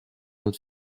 autre